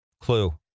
Clue